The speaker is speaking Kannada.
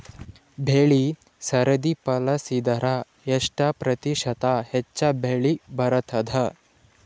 ಬೆಳಿ ಸರದಿ ಪಾಲಸಿದರ ಎಷ್ಟ ಪ್ರತಿಶತ ಹೆಚ್ಚ ಬೆಳಿ ಬರತದ?